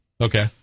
Okay